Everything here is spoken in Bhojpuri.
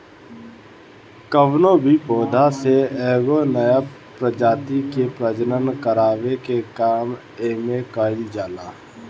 कवनो भी पौधा से एगो नया प्रजाति के प्रजनन करावे के काम एमे कईल जाला